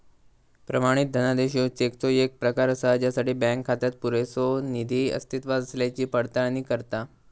प्रमाणित धनादेश ह्यो चेकचो येक प्रकार असा ज्यासाठी बँक खात्यात पुरेसो निधी अस्तित्वात असल्याची पडताळणी करता